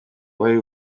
wari